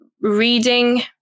reading